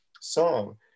song